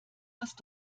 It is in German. hast